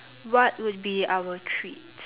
what would be our treat